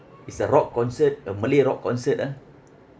is a rock concert a malay rock concert ah